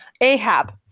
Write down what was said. Ahab